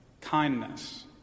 kindness